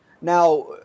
Now –